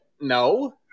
No